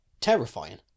terrifying